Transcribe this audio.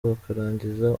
bakarangiza